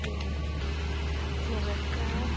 hello नमस्कार